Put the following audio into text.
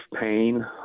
pain